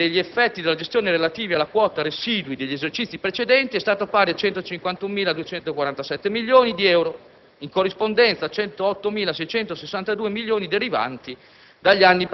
anche degli effetti della gestione relativa alla quota residui degli esercizi precedenti) è stato pari a 151.247 milioni di euro, in corrispondenza a 108.662 milioni derivanti